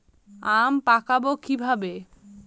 আম পাকাবো কিভাবে?